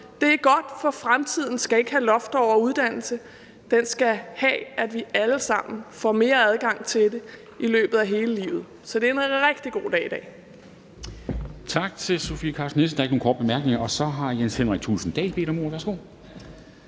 Det er godt, for i fremtiden skal vi ikke have loft over uddannelse. Det skal være sådan, at vi alle sammen får bedre adgang til uddannelse i løbet af hele livet. Så det er en rigtig god dag i dag.